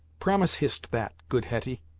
promise hist that, good hetty.